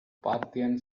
parthian